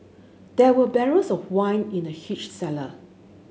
there were barrels of wine in the huge cellar